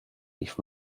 rief